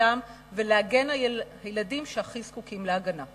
תפקידם ולהגן על הילדים שהכי זקוקים להגנה.